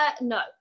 no